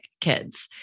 kids